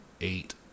eight